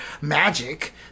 magic